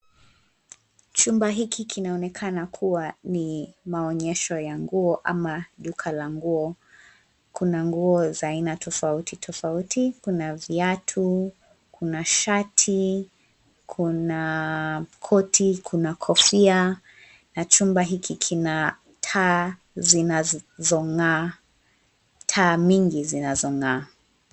Chumba hiki kinaonekana kuwa ni maonyesho ya nguo ama duka la nguo. Kuna nguo za aina tofauti tofauti kuna viatu , kuna shati , kuna koti ,kuna kofia na chumba hiki kina taa zinazong'aa taa mingi zinazong'aa.